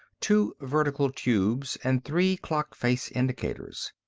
two vertical tubes and three clock-face indicators.